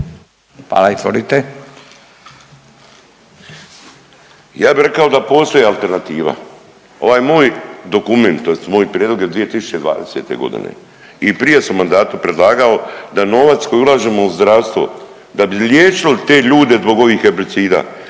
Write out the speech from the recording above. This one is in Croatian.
Miro (MOST)** Ja bi rekao da postoji alternativa. Ovaj moj dokument tj. moj prijedlog je iz 2020. godine i prije sam u mandatu predlagao da novac koji ulažemo u zdravstvo da bi liječilo te ljude zbog ovih herbicida